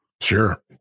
Sure